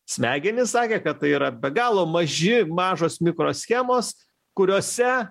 smegenys sakė kad tai yra be galo maži mažos mikroschemos kuriose